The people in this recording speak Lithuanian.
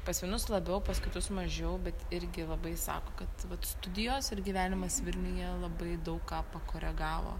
pas vienus labiau pas kitus mažiau bet irgi labai sako kad vat studijos ir gyvenimas vilniuje labai daug ką pakoregavo